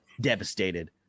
devastated